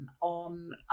on